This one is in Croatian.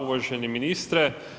Uvaženi ministre.